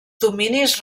dominis